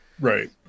right